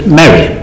marry